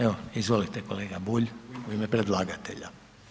Evo, izvolite kolega Bulj, u ime predlagatelja.